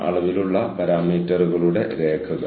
അതു വഴി പദാർത്ഥത്തിന്റെ കോണും